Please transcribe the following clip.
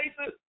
places